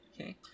Okay